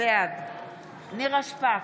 בעד נירה שפק,